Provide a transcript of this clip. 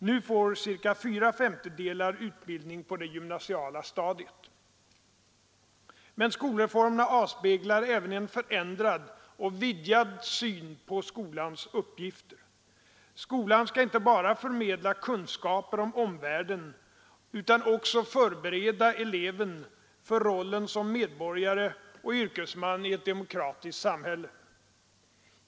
Nu får cirka fyra femtedelar utbildning på det gymnasiala stadiet. Men skolreformerna avspeglar även en förändrad och vidgad syn på skolans uppgifter. Skolan skall inte bara förmedla kunskaper om omvärlden utan också förbereda eleven för rollen som medborgare och yrkesman i ett demokratiskt samhälle.